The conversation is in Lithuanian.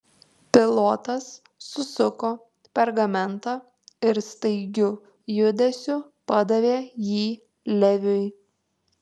pilotas susuko pergamentą ir staigiu judesiu padavė jį leviui